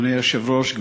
אדוני היושב-ראש,